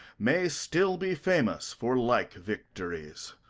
may still be famous for like victories!